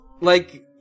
like-